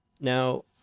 Now